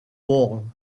wall